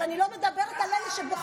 אבל אני לא מדברת על אלה שבוחרות,